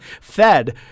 fed